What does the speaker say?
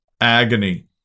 agony